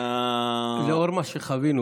לאור מה שחווינו,